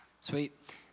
Sweet